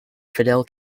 fidel